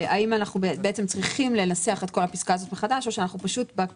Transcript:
אם אנחנו צריכים לנסח את כל הפסקה מחדש או בפסקה